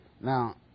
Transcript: Now